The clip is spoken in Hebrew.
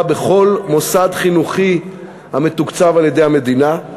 בכל מוסד חינוכי המתוקצב על-ידי המדינה,